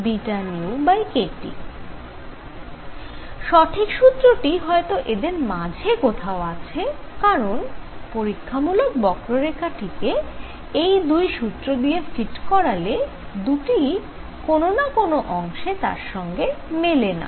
সঠিক সূত্রটি হয়ত এদের মাঝে কোথাও আছে কারণ পরীক্ষামূলক বক্ররেখাটি কে এই দুই সূত্র দিয়ে ফিট করালে দুটিই কোন না কোন অংশে তার সঙ্গে মেলে না